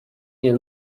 nie